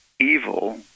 Evil